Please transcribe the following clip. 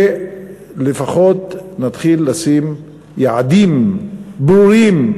שלפחות נתחיל לשים יעדים ברורים,